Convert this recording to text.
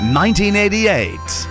1988